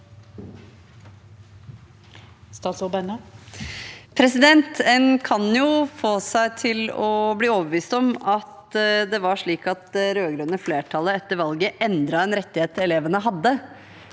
En kan jo få seg til å bli overbevist om at det rød-grønne flertallet etter valget endret en rettighet elevene hadde.